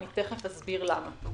מיד אסביר למה.